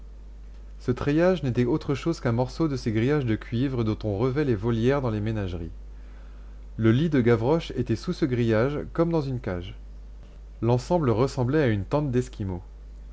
ce treillage n'était autre chose qu'un morceau de ces grillages de cuivre dont on revêt les volières dans les ménageries le lit de gavroche était sous ce grillage comme dans une cage l'ensemble ressemblait à une tente d'esquimau